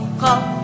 call